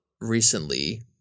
recently